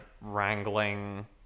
wrangling